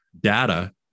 data